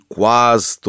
quase